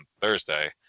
thursday